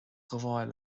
ghabháil